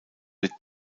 wird